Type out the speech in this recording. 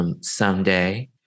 someday